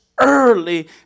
early